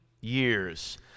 years